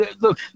look